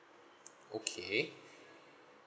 okay